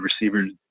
receivers